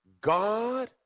God